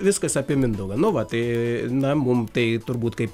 viskas apie mindaugą nu va tai na mum tai turbūt kaip